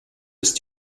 ist